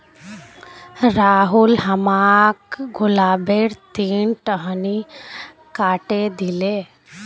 राहुल हमाक गुलाबेर तीन टहनी काटे दिले